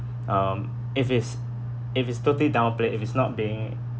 um if is if is totally downplay if is not being